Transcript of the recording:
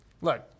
look